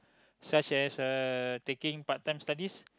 such as uh taking part time studies